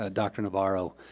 ah dr. navarro.